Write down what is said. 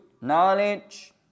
Knowledge